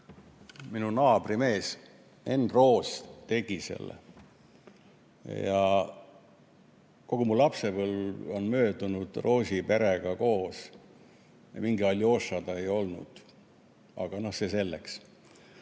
Minu naabrimees Enn Roos tegi selle ja kogu mu lapsepõlv on möödunud Roosi perega koos. Mingi Aljoša ta ei olnud. Aga see selleks.